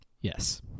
Yes